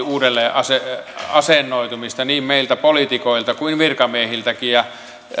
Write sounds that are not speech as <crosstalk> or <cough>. <unintelligible> uudelleen asennoitumista niin meiltä poliitikoilta kuin virkamiehiltäkin ja